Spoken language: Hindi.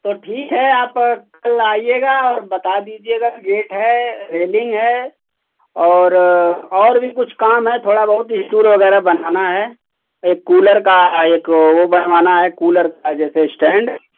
तो ठीक है आप कल आइएगा और बता दीजिएगा गेट है रेलिंग है और और भी कुछ काम है थोड़ा बहुत वगैरह बनाना है एक कूलर का एक वो बनवाना है कूलर का जैसे स्टैन्ड